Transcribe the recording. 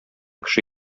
кеше